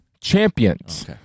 champions